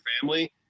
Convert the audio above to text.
family